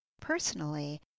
personally